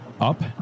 up